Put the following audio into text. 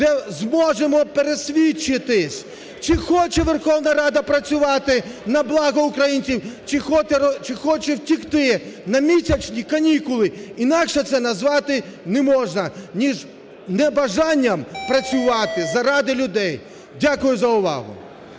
де зможемо пересвідчитись, чи хоче Верховна Рада працювати на благо українців, чи хоче втекти на місячні канікули, інакше це назвати неможна, ніж небажанням працювати заради людей. Дякую за увагу.